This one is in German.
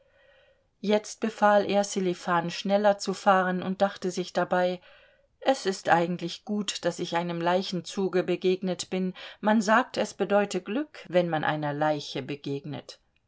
jetzt befahl er sselifan schneller zu fahren und dachte sich dabei es ist eigentlich gut daß ich einem leichenzuge begegnet bin man sagt es bedeute glück wenn man einer leiche begegnet